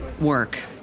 work